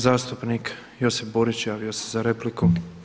Zastupnik Josip Borić javio se za repliku.